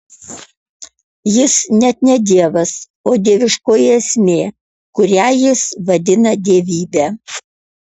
jis net ne dievas o dieviškoji esmė kurią jis vadina dievybe